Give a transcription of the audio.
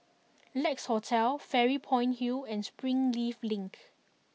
Lex Hotel Fairy Point Hill and Springleaf Link